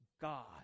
God